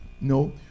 No